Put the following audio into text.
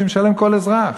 שמשלם כל אזרח.